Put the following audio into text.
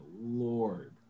Lord